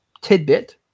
tidbit